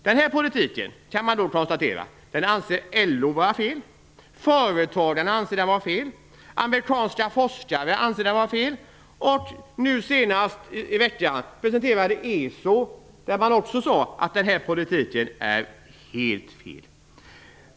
Man kan konstatera att LO anser att den här politiken är fel, företagarna anser att den är fel, amerikanska forskare anser att den är fel, och nu i veckan sade man också från ESO att den här politiken är helt fel.